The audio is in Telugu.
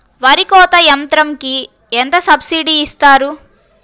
వరి కోత యంత్రంకి ఎంత సబ్సిడీ ఇస్తారు?